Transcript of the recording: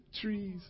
trees